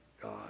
God